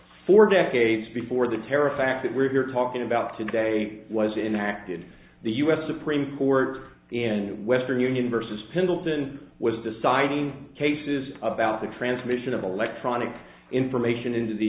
for decades before the terror a fact that we're talking about today was enacted the us supreme court in western union versus pendleton was deciding cases about the transmission of electronic information into the